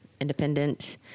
Independent